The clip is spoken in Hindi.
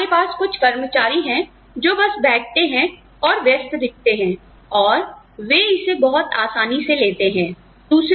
तो हमारे पास कुछ कर्मचारी है जो बस बैठते हैं और व्यस्त दिखते हैं और वे इसे बहुत आसानी से लेते हैं